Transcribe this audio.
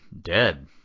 dead